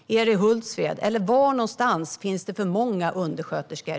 Är det i Hultsfred? Var någonstans finns det i dagsläget för många undersköterskor?